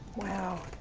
wow.